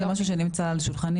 זה משהו שנמצא על שולחני,